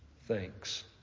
Thanks